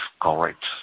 correct